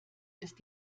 ist